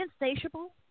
Insatiable